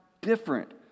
different